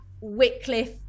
Wycliffe